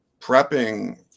prepping